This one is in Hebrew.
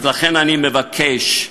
אני מבקש,